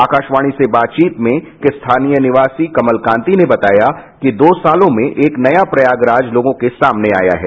आकाशवाणी से बातचीत में एक स्थानीय निवासी कमल कांती ने बताया कि दो सालों में एक नया प्रयागराज लोगों के सामने आया है